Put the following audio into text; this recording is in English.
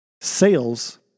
sales